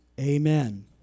amen